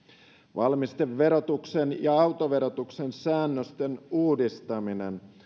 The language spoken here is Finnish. valmisteverotuksen ja autoverotuksen säännösten uudistaminen